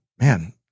man